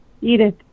Edith